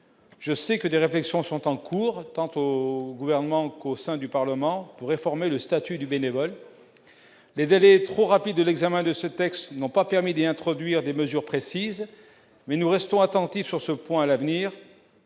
je sais que des réflexions sont en cours, tantôt gouvernement qu'au sein du Parlement pour réformer le statut du bénévole, mais d'aller trop rapide de l'examen de ce texte n'ont pas permis d'introduire des mesures précises, mais nous restons attentifs sur ce point l'avenir